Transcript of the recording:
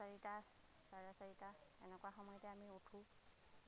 চাৰিটা চাৰে চাৰিটা এনেকুৱা সময়তে আমি উঠোঁ